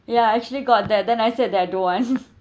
ya actually got that then I said that I don't want